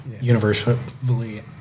universally